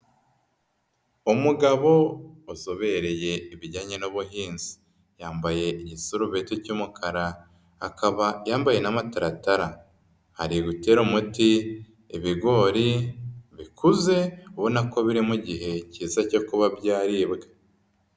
Umugabo uzobereye ibijyanye n'ubuhinzi, yambaye igishurubeti cy'umukara, akaba yambaye n'amataratara. Ari gutera umuti ibigori bikuze, ubona ko birimo igihe cyiza cyo kuba byaribwe.